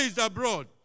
abroad